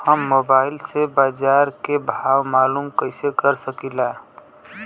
हम मोबाइल से बाजार के भाव मालूम कइसे कर सकीला?